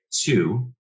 two